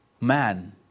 Man